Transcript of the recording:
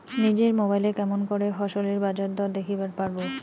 নিজের মোবাইলে কেমন করে ফসলের বাজারদর দেখিবার পারবো?